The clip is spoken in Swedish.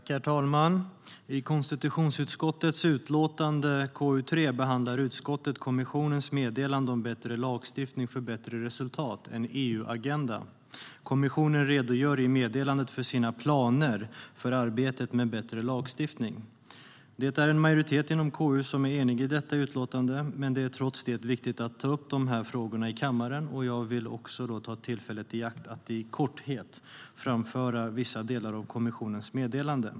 Herr talman! I KU:s utlåtande KU3 behandlar utskottet kommissionens meddelande om bättre lagstiftning för bättre resultat - en EU-agenda. Kommissionen redogör i meddelandet för sina planer för arbetet med bättre lagstiftning. Bättre lagstiftning för bättre resultat - en EU-agenda Det är en majoritet inom KU som är enig i detta utlåtande. Det är trots det viktigt att ta upp de här frågorna i kammaren. Jag vill därför ta tillfället i akt att i korthet framföra vissa delar av kommissionens meddelande.